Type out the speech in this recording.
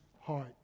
heart